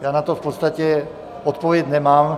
Já na to v podstatě odpověď nemám.